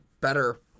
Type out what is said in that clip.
better